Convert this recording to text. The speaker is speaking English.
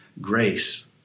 grace